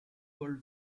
paul